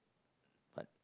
but